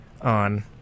On